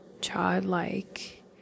childlike